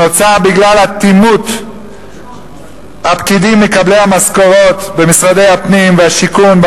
שנוצר למעשה בגלל אטימות הפקידים מקבלי המשכורות במשרדי הפנים והשיכון,